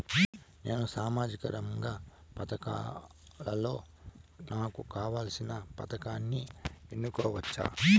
నేను సామాజిక రంగ పథకాలలో నాకు కావాల్సిన పథకాన్ని ఎన్నుకోవచ్చా?